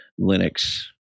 Linux